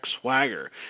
Swagger